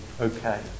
okay